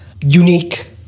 unique